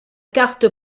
carte